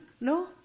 No